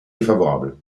défavorable